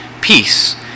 peace